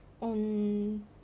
on